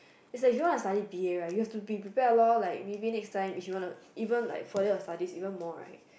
it's like he want to study b_a right you have to be prepared lor like maybe next time he wanna even like further your studies even more right